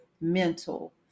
mental